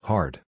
Hard